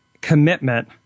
commitment